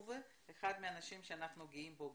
הפרופסור הוא אחד האנשים שגם בו אנחנו גאים.